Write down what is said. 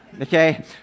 okay